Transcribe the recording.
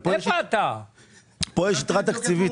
כאן יש יתרה תקציבית.